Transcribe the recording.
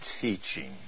teaching